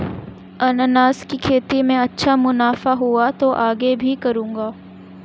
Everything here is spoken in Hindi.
अनन्नास की खेती में अच्छा मुनाफा हुआ तो आगे भी करूंगा